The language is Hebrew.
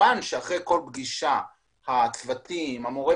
כמובן שאחרי כל פגישה הצוותים המורים